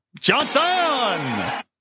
Johnson